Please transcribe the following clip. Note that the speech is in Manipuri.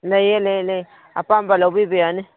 ꯂꯩꯌꯦ ꯂꯩꯌꯦ ꯂꯩ ꯑꯄꯥꯝꯕ ꯂꯧꯕꯤꯕ ꯌꯥꯅꯤ